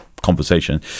conversation